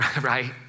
right